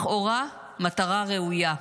לכאורה מטרה ראויה,